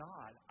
God